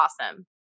awesome